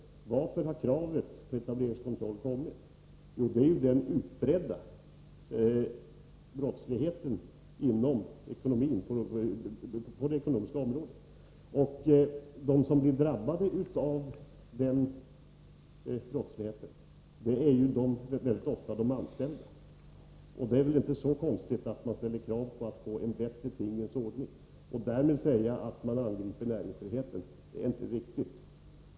Varför har kravet på etableringskontroll ställts? Jo, till följd av den utbredda brottsligheten på det ekonomiska området. Det är mycket ofta de anställda som drabbas av denna brottslighet. Det är väl därför inte så konstigt att man ställer kravet att det skall bli en bättre tingens ordning. Det är inte riktigt att säga att man därmed angriper näringsfriheten.